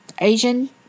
Asian